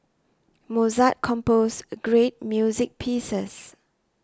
Mozart composed great music pieces